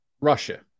Russia